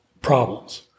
problems